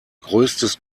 größtes